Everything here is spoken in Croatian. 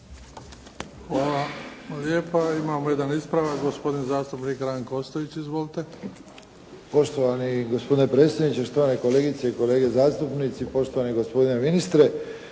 Hvala lijepa. Imamo jedan ispravak. Gospodin zastupnik Ranko Ostojić. Izvolite. **Ostojić, Ranko (SDP)** Poštovani gospodine predsjedniče, štovani kolegice i kolege zastupnici, poštovani gospodine ministre.